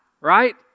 right